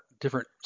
different